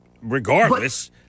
regardless